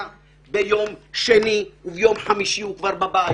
ביום שני וביום חמישי הוא כבר בבית.